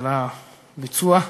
ועל הביצוע.